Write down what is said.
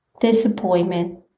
disappointment